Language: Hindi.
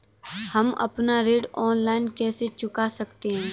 हम अपना ऋण ऑनलाइन कैसे चुका सकते हैं?